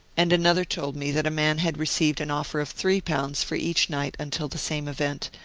and another told me that a man had received an offer of three pounds for each night until the same event,